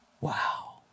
Wow